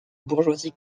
bourgeoisie